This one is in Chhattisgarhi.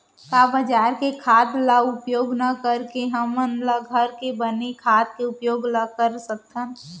का बजार के खाद ला उपयोग न करके हमन ल घर के बने खाद के उपयोग ल कर सकथन?